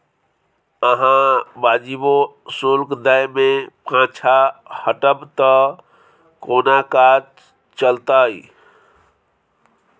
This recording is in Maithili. अहाँ वाजिबो शुल्क दै मे पाँछा हटब त कोना काज चलतै